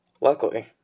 Luckily